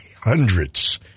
hundreds